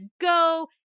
go